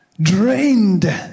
drained